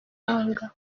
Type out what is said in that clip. mahanga